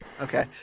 Okay